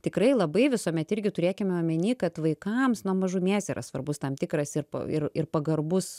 tikrai labai visuomet irgi turėkime omeny kad vaikams nuo mažumės yra svarbus tam tikras ir ir ir pagarbus